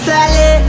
Sally